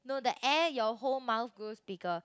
no the air your whole mouth goes bigger